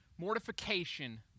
Mortification